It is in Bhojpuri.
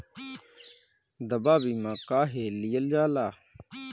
दवा बीमा काहे लियल जाला?